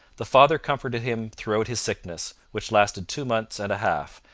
the father comforted him throughout his sickness, which lasted two months and a half,